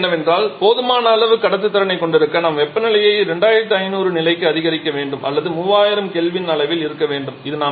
ஒரு கணக்கு என்னவென்றால் போதுமான அளவு கடத்துத்திறனைக் கொண்டிருக்க நாம் வெப்பநிலையை 2500 நிலைக்கு அதிகரிக்க வேண்டும் அல்லது 3000 K அளவில் இருக்க வேண்டும்